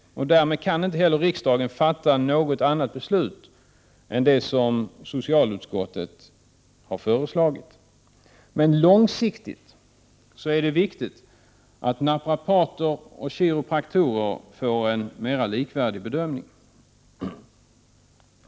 Därmed kan inte heller riksdagen fatta något annat beslut än det som socialutskottet har föreslagit. Men långsiktigt är det viktigt att naprapater och kiropraktorer får en mera likvärdig bedömning.